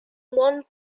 one